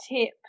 tip